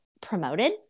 promoted